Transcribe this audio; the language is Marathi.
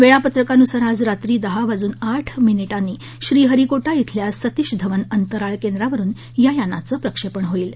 वेळापत्रकानुसार आज रात्री दहा वाजून आठ मिनिटांनी श्रीहरीकोटा श्रेल्या सतीश धवन अंतराळ केंद्रावरून या यानाचं प्रक्षेपण होईल